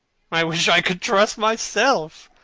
i wish i could trust myself,